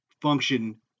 function